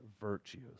virtues